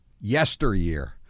yesteryear